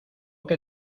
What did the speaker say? que